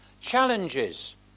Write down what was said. challenges